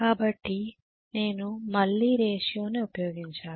కాబట్టి నేను మళ్ళీ నిష్పత్తి ని ఉపయోగించాలి